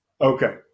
Okay